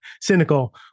cynical